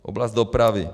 Oblast dopravy.